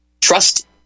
Trust